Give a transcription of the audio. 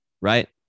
Right